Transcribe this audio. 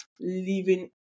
living